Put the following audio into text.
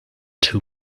two